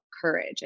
courage